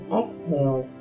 exhale